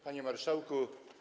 Panie Marszałku!